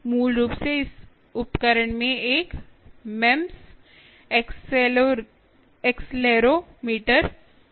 मूल रूप से इस उपकरण में एक MEMS एक्सेलेरोमीटर है